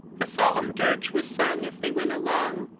a solemn dirge was sung as they went along,